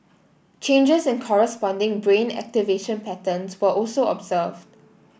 changes in corresponding brain activation patterns were also observed